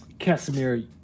Casimir